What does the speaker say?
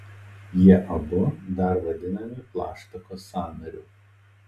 jie abu dar vadinami plaštakos sąnariu